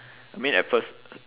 I mean at first